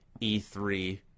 E3